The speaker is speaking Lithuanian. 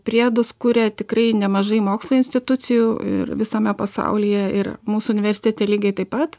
priedus kuria tikrai nemažai mokslo institucijų ir visame pasaulyje ir mūsų universitete lygiai taip pat